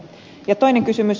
toinen kysymys